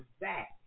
back